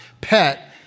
pet